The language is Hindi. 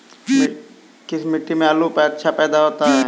किस मिट्टी में आलू अच्छा पैदा होता है?